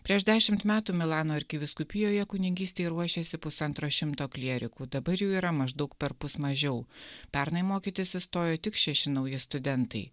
prieš dešimt metų milano arkivyskupijoje kunigystei ruošėsi pusantro šimto klierikų dabar jų yra maždaug perpus mažiau pernai mokytis įstojo tik šeši nauji studentai